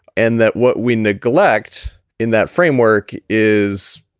and that what we neglect in that framework is.